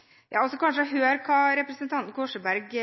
det ikke også viktig at den sammenhengen formidles til forbrukerne, og at de er godt opplyst om det? Så kan det være interessant, kanskje, å høre hva representanten Korsberg